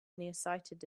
nearsighted